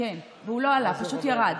כן, והוא לא עלה, הוא פשוט ירד.